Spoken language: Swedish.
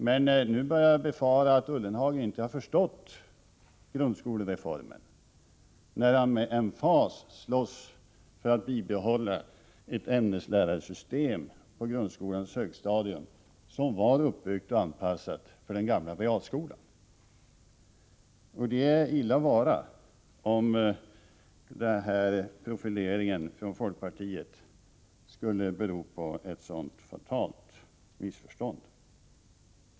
Jag börjar emellertid befara att Jörgen Ullenhag inte har förstått grundskolereformen, när han med emfas slåss för att bibehålla ett ämneslärarsystem på grundskolans högstadium som var uppbyggt och anpassat till den gamla realskolan. Det är illa om profileringen från folkpartiet skulle bero på ett sådant fatalt missförstånd.